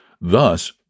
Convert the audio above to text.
Thus